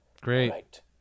great